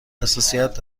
حساسیت